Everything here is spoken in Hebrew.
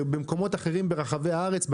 בנגב, בגליל ובמקומות אחרים ברחבי הארץ.